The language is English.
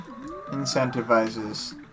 incentivizes